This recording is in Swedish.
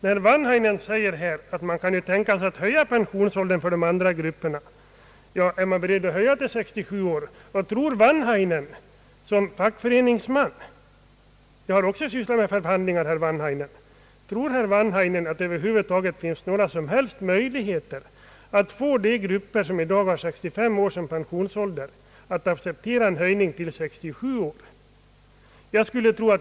Herr Wanhainen säger att man kan tänka sig att höja pensionsåldern för andra grupper. Men är man beredd att höja till 67 år? Vad tror herr Wanhainen som fackföreningsman? Jag har också sysslat med förhandlingar. Tror herr Wanhainen att det finns några som helst möjligheter att få de grupper som nu har 65 års pensionsålder att acceptera en höjning till 67 år?